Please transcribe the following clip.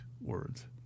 words